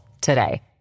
today